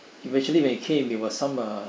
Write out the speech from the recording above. eventually when it came there were some uh